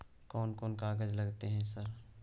कोन कौन कागज लगतै है सर?